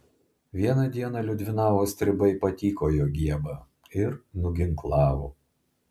vieną dieną liudvinavo stribai patykojo giebą ir nuginklavo